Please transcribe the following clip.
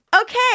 Okay